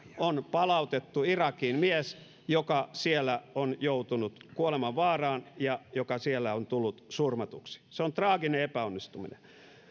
on palautettu irakiin mies joka siellä on joutunut kuolemanvaaraan ja joka siellä on tullut surmatuksi se on traaginen epäonnistuminen